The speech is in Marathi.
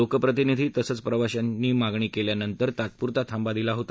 लोकप्रतिनिधी तसंच प्रवाशांच्या मागणी केल्यानंतर तात्पुरता थांबा देण्यात आला होता